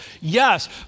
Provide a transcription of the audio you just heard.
Yes